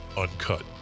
Uncut